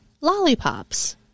lollipops